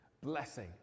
blessing